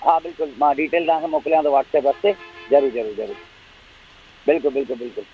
हा बिल्कुल मां डिटेल तव्हां खे मोकिलियांव थो वॉट्सअप रस्ते ज़रूर ज़रूर ज़रूर बिल्कुल बिल्कुल बिल्कुल